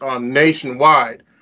nationwide